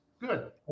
good